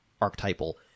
archetypal